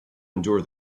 endure